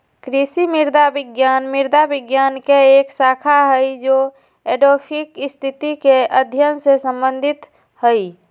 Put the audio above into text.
कृषि मृदा विज्ञान मृदा विज्ञान के एक शाखा हई जो एडैफिक स्थिति के अध्ययन से संबंधित हई